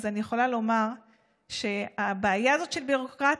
אני יכולה לומר שהבעיה בביורוקרטיה,